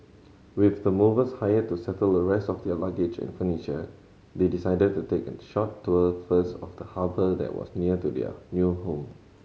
with the movers hired to settle the rest of their luggage and furniture they decided to take a short tour first of the harbour that was near to their new home